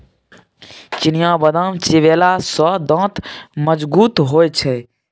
चिनियाबदाम चिबेले सँ दांत मजगूत होए छै